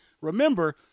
Remember